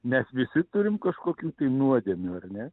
mes visi turim kažkokių tai nuodėmių ar ne